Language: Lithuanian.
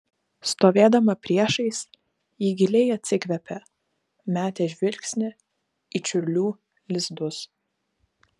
stovėdama priešais ji giliai atsikvėpė metė žvilgsnį į čiurlių lizdus